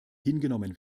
hingenommen